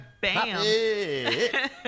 Bam